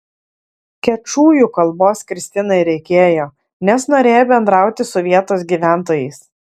kečujų kalbos kristinai reikėjo nes norėjo bendrauti su vietos gyventojais